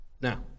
Now